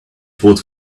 vote